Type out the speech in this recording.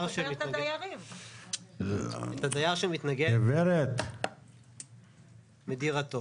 הדייר שמתנגד מדירתו.